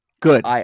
Good